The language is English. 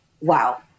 Wow